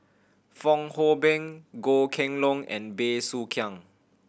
Fong Hoe Beng Goh Kheng Long and Bey Soo Khiang